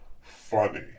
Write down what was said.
funny